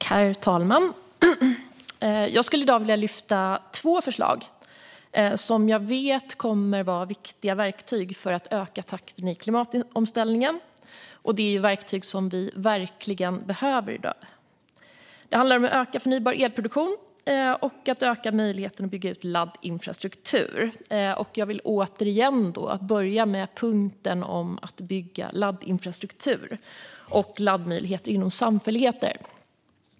Herr talman! Jag skulle i dag vilja lyfta två förslag som jag vet kommer att vara viktiga verktyg för att öka takten i klimatomställningen. Det är verktyg som vi verkligen behöver i dag. Det handlar om att öka förnybar elproduktion och att öka möjligheten att bygga ut laddinfrastruktur. Jag vill återigen börja med punkten om att bygga laddinfrastruktur och laddmöjligheter inom samfälligheter.